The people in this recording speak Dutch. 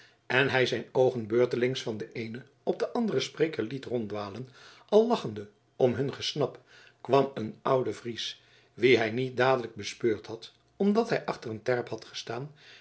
en hij zijn oogen beurtelings van den eenen op den anderen spreker liet ronddwalen al lachende om hun gesnap kwam een oude fries wien hij niet dadelijk bespeurd had omdat hij achter een terp had gestaan